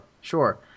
sure